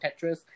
Tetris